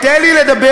תן לי לדבר,